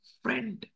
friend